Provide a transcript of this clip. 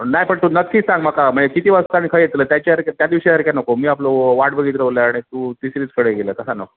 नाही पण तू नक्की सांग म किती वाजता खं येतलं त्याच्या त्या दिवशीर काय नको मी आपलं वाट बघत रवलं आणि तू तिसरीचकडे गेलं तसा नको